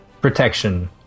protection